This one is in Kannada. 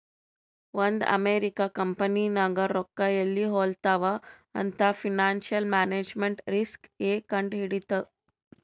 ಒಂದ್ ಅಮೆರಿಕಾ ಕಂಪನಿನಾಗ್ ರೊಕ್ಕಾ ಎಲ್ಲಿ ಹೊಲಾತ್ತಾವ್ ಅಂತ್ ಫೈನಾನ್ಸಿಯಲ್ ಮ್ಯಾನೇಜ್ಮೆಂಟ್ ರಿಸ್ಕ್ ಎ ಕಂಡ್ ಹಿಡಿತ್ತು